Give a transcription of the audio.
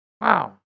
Wow